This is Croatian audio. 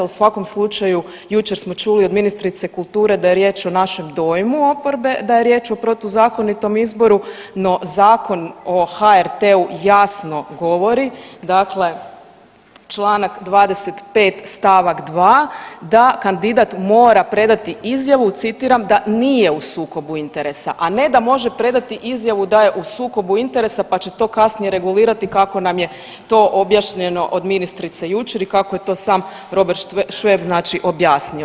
U svakom slučaju jučer smo čuli od ministrice kulture da je riječ o našem dojmu oporbe, da je riječ o protuzakonitom izboru, no Zakon o HRT-u jasno govori, dakle čl. 25. st. 2. da kandidat mora predati izjavu, citiram, da nije u sukobu interesa, a ne da može predati izjavu da je u sukobu interesa, pa će to kasnije regulirati kako nam je to objašnjeno od ministrice jučer i kako je to sam Robert Šveb znači objasnio.